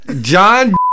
John